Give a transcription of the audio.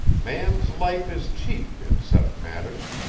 man's life is cheap, in such matters.